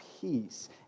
peace